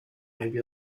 maybe